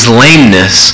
lameness